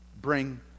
bring